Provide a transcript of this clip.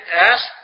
ask